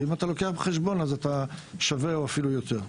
ואם אתה לוקח בחשבון אז אתה שווה או אפילו יותר טוב.